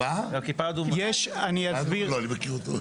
לא, אני מכיר את הזאב.